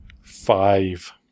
five